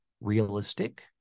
realistic